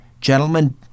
Gentlemen